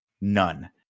None